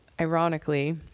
ironically